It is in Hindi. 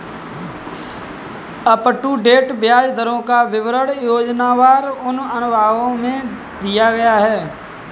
अपटूडेट ब्याज दरों का विवरण योजनावार उन अनुभागों में दिया गया है